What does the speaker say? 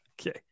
Okay